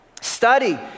study